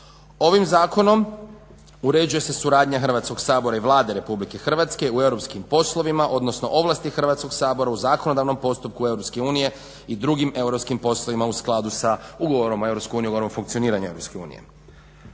Ovim zakonom uređuje se suradnja Hrvatskog sabora i Vlade Republike Hrvatske u europskim poslovima, odnosno ovlasti Hrvatskog sabora u zakonodavnom postupku EU i drugim europskim poslovima u skladu sa Ugovorom o EU u Ugovoru o funkcioniranju EU.